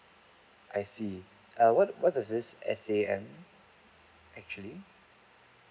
I see err what what does this S_A_M actually